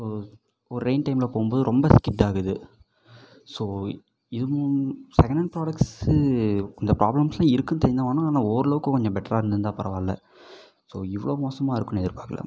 so ஒரு rain டைம்மில் போகும் போது ரொம்ப ஸ்கிட் ஆகுது ஸோ இதுவும் செகணென்ட் ப்ராடெக்ட்ஸு கொஞ்சம் ப்ராப்ளம்ஸ்லாம் இருக்குன்னு தெரிஞ்சு தான் வாங்குனோம் ஆனால் ஓரளவுக்கு கொஞ்சம் பெட்டராக இருந்துருந்தால் பரவால்ல ஸோ இவ்வளோ மோசமாக இருக்குன்னு எதிர்பார்க்குல